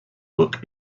book